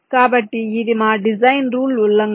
కాబట్టి ఇది మా డిజైన్ రూల్ ఉల్లంఘన